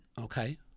Okay